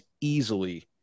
easily